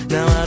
Now